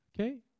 Okay